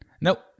Nope